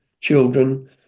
children